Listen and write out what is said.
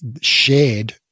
shared